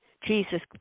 Jesus